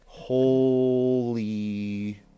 holy